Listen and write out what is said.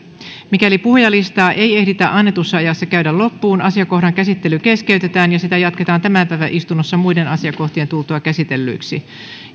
mikäli puhujalistaa ei ehditä annetussa ajassa käydä loppuun asiakohdan käsittely keskeytetään ja sitä jatketaan tämän päivän istunnossa muiden asiakohtien tultua käsitellyiksi